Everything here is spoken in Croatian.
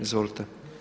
Izvolite.